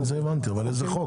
כן את זה הבנתי, אבל איזה חוק?